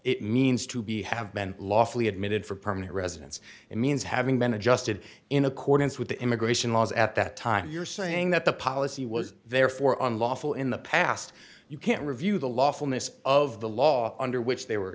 it means to be have been lawfully admitted for permanent residence it means having been adjusted in accordance with the immigration laws at that time you're saying that the policy was therefore unlawful in the past you can't review the lawfulness of the law under which they were